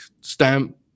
stamp